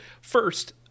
first